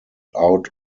out